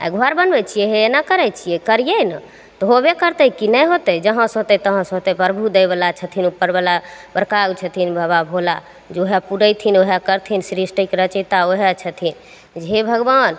आओर घर बनबै छिए हे एना करै छिए करिए ने तऽ होबे करतै कि नहि होतै जहाँसे होतै तहाँसे होतै प्रभु दैवला छथिन अप्परवला त्रिकाल छथिन बाबा भोला जे वएह पुरेथिन वएह करथिन सृष्टिके रचैता वएह छथिन हे भगवान